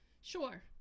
Sure